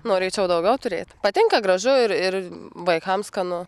norėčiau daugiau turėt patinka gražu ir ir vaikam skanu